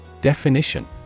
Definition